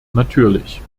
natürlich